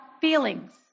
feelings